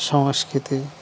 সংস্কৃতি